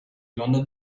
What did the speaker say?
london